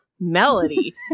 Melody